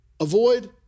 Avoid